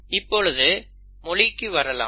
இப்பொழுது மொழிக்கு வரலாம்